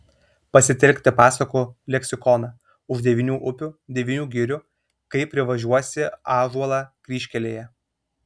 pasitelkti pasakų leksikoną už devynių upių devynių girių kai privažiuosi ąžuolą kryžkelėje